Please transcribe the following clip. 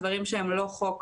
דברים שהם לא חוק,